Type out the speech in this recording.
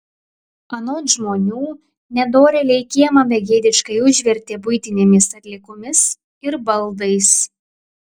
anot žmonių nedorėliai kiemą begėdiškai užvertė buitinėmis atliekomis ir baldais